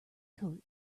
coat